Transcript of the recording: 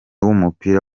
w’umupira